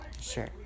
Sure